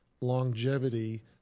longevity